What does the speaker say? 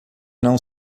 não